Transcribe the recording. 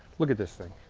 look at this thing.